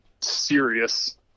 serious